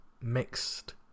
mixed